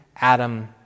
Adam